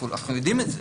אנחנו יודעים את זה.